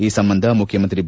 ಈ ಸಂಬಂಧ ಮುಖ್ಯಮಂತ್ರಿ ಬಿ